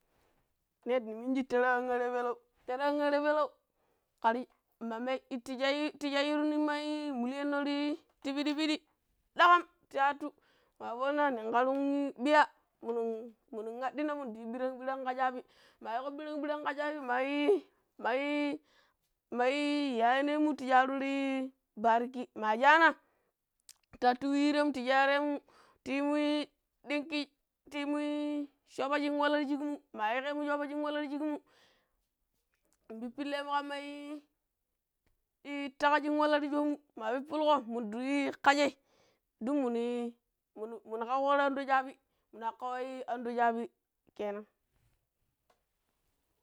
﻿Nee ni minji teeree an aaree pbeleu, teeree an aaree pbeleu kharai mamme, tii chjai ii, tii chjai iiyurru nin ma mulliyanno tii ii tii pidi-pidi, dakhan tihatu mafoona nin kaari ii biya minun, miun addina minun di yuu birank-birankga schapbi, maa yii birank-birankga schapbi, maa ii, maa ii, maa ii yayane mu ta chjaaru tii ii bariki, maa chjaana taattu wii ree mu, ta share yi mu ii dinki, ta yii mu ii schoba chijin walla tii schik mu ma yii khee mu schoba chjin wala tii schik mu, mpbippille mu, khamma ii ii taa kha schin wala ta schoo mu, maa pbippulokgo mun di ii dun minu ii minu minu khau kho tii andoo schaabi minu akkho ii ando schabi kenan.